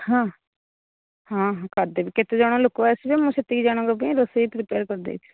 ହଁ ହଁ ହଁ କରିଦେବି କେତେ ଜଣ ଲୋକ ଆସିବେ ମୁଁ ସେତିକି ଜଣଙ୍କ ପାଇଁ ରୋଷେଇ ପ୍ରିପେୟାର କରି ଦେଇଥିବି